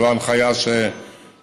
זו ההנחיה שנתתי,